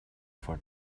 for